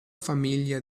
famiglia